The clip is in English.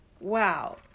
Wow